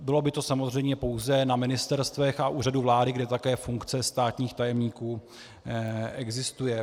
Bylo by to samozřejmě pouze na ministerstvech a úřadu vlády, kde také funkce státních tajemníků existuje.